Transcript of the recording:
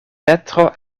petro